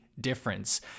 difference